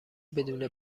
بدون